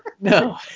no